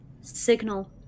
signal